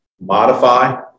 modify